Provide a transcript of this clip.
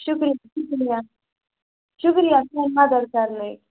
شُکریہ شُکریہ شُکریہ سٲنۍ مَدَتھ کَرنٕچ